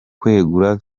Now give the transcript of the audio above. kwegura